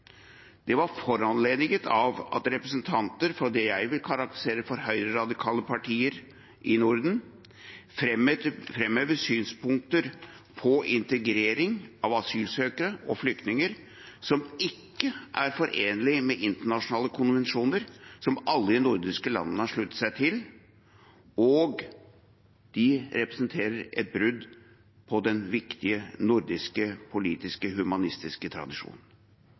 Det var foranlediget av at representanter for det jeg vil karakterisere som høyreradikale partier i Norden, framhevet synspunkter på integrering av asylsøkere og flyktninger som ikke er forenlig med internasjonale konvensjoner som alle de nordiske landene har sluttet seg til. De representerer et brudd på den viktige nordiske politiske, humanistiske tradisjonen.